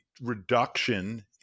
reduction